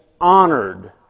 honored